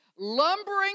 lumbering